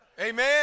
amen